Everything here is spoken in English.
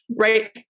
right